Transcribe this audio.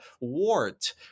wart